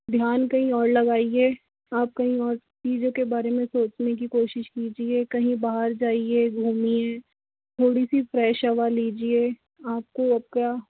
ध्यान कहीं और लगाइये आप कहीं और चीज़ों के बारे में सोचने की कोशिश कीजिए कहीं बाहर जाइए घूमिये थोड़ी सी फ्रेश हवा लीजिये आपको आपका